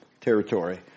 territory